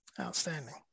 Outstanding